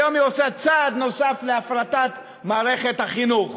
היום היא עושה צעד נוסף להפרטת מערכת החינוך.